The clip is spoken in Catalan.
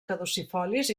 caducifolis